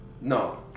no